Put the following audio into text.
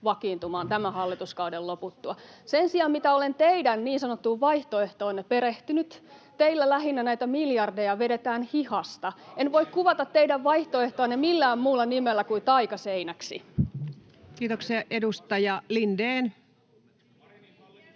vakiintumaan tämän hallituskauden loputtua. Sen sijaan, mitä olen teidän niin sanottuun vaihtoehtoonne perehtynyt, [Anne Kalmarin välihuuto] teillä lähinnä näitä miljardeja vedetään hihasta. En voi kuvata teidän vaihtoehtoanne millään muulla nimellä kuin taikaseinäksi. Kiitoksia. — Edustaja Lindén.